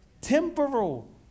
temporal